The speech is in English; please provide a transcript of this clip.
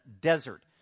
desert